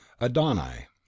Adonai